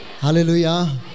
Hallelujah